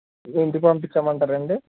ఇంటికి పంపించమంటారా అండి